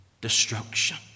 destruction